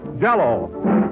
Jell-O